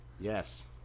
Yes